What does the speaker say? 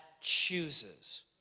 chooses